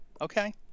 Okay